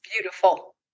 beautiful